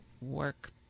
work